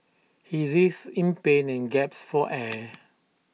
he writhed in pain and gasped for air